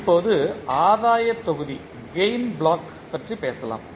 இப்போது ஆதாயத் தொகுதி பற்றி பேசலாம்